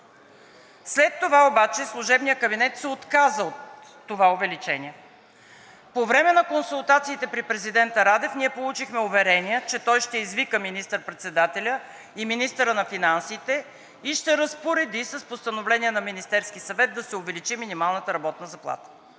след това обаче служебният кабинет се отказа от това увеличение. По време на консултациите при президента Радев ние получихме уверение, че той ще извика министър-председателя и министъра на финансите и ще разпореди с постановление на Министерския съвет да се увеличи минималната работна заплата.